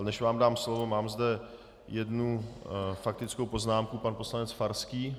Než vám dám slovo, mám zde jednu faktickou poznámku pan poslanec Farský.